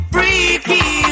Freaky